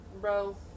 bro